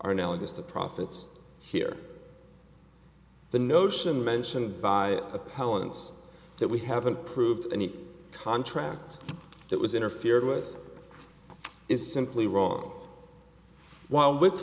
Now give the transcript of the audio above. are now against the profits here the notion mentioned by appellants that we haven't proved any contract that was interfered with is simply wrong while with